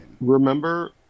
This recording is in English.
Remember